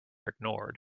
ignored